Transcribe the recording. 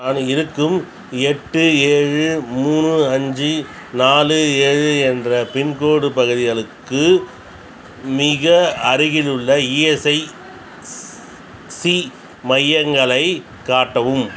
நான் இருக்கும் எட்டு ஏழு மூணு அஞ்சு நாலு ஏழு என்ற பின்கோட் பகுதிகளுக்கு மிக அருகிலுள்ள இஎஸ்ஐசி மையங்களைக் காட்டவும்